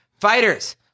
Fighters